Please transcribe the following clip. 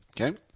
Okay